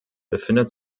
befindet